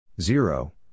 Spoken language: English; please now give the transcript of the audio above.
zero